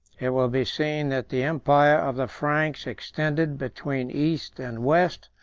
it will be seen that the empire of the franks extended, between east and west,